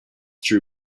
true